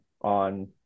on